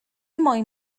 moyn